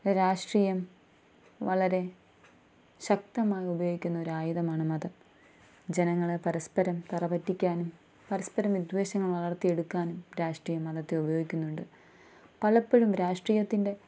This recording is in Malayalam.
രാഷ്ട്രീയം വളരെ ശക്തമായി ഉപയോഗിക്കുന്ന ഒരായുധമാണ് മതം ജനങ്ങളെ പരസ്പരം തറ പറ്റിക്കാനും പരസ്പരം വിദ്വേഷങ്ങൾ വളർത്തിയെടുക്കാനും രാഷ്ട്രീയം മതത്തെ ഉപയോഗിക്കുന്നുണ്ട് പലപ്പോഴും രാഷ്ട്രീയത്തിൻ്റെ